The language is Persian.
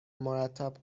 مرتب